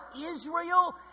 Israel